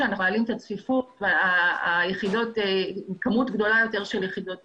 אנחנו מעלים את הצפיפות וכמות גדולה יותר של יחידות דיור.